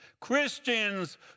Christians